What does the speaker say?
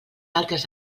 altres